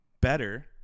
better